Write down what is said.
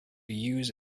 use